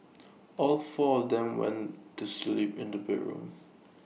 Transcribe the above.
all four of them went to sleep in the bedroom